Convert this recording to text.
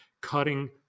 cutting